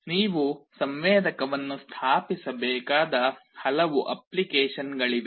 ನೀವು ಸಂವೇದಕವನ್ನು ಸ್ಥಾಪಿಸಬೇಕಾದ ಹಲವು ಅಪ್ಲಿಕೇಶನ್ಗಳಿವೆ